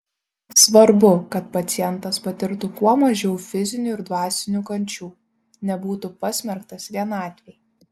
svarbu kad pacientas patirtų kuo mažiau fizinių ir dvasinių kančių nebūtų pasmerktas vienatvei